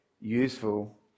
useful